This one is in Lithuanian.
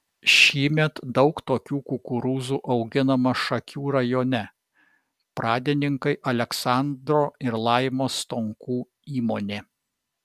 šįmet daug tokių kukurūzų auginama šakių rajone pradininkai aleksandro ir laimos stonkų įmonė